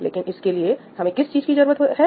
लेकिन इसके लिए हमें किस चीज की जरूरत है